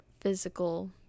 physical